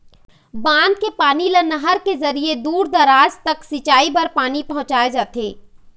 बांध के पानी ल नहर के जरिए दूर दूराज तक सिंचई बर पानी पहुंचाए जाथे